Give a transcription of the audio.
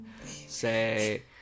Say